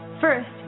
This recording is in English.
First